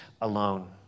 alone